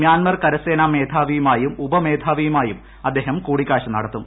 Myanmar കരസേനാ മേധാവിയുമായും ഉപമേധാവിയുമായും അദ്ദേഹം കൂടിക്കാഴ്ച നടത്തും